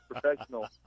professional